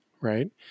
right